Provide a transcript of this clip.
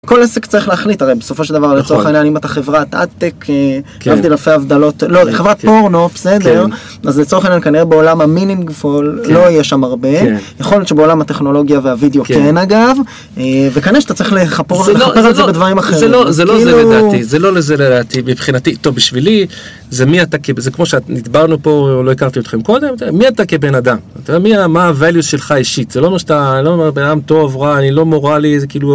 כל עסק צריך להחליט, הרי בסופו של דבר, לצורך העניין, אם אתה חברת אטק (הייטק?), להבדיל אלף אלפי הבדלות, לא, חברת פורנו, בסדר, אז לצורך העניין כנראה בעולם ה--meaningful לא יהיה שם הרבה, יכול להיות שבעולם הטכנולוגיה והוידאו כן אגב, וכנראה שאתה צריך לכפר על זה בדברים אחרים. זה לא לזה לדעתי, זה לא לזה לדעתי, מבחינתי, טוב, בשבילי, זה מי אתה כ... זה כמו שנדברנו פה, לא הכרתי אתכם קודם, מי אתה כבן אדם, מה היה - values שלך אישית, זה לא אומר שאתה בן אדם טוב, רע, אני לא מורלי, זה כאילו...